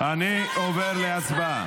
שב בשקט.